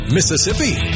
Mississippi